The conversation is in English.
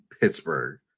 Pittsburgh